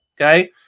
Okay